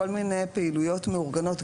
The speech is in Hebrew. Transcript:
כול מיני פעילויות מאורגנות,